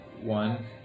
one